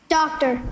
doctor